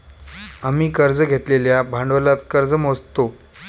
आम्ही कर्ज घेतलेल्या भांडवलात कर्ज मोजतो